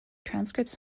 transcripts